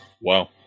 wow